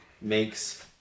Makes